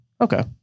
Okay